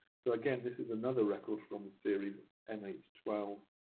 so again, this is another record from the series mh twelve.